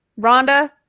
Rhonda